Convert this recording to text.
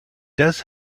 does